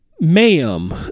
ma'am